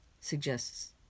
suggests